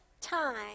time